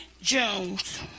Jones